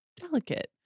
delicate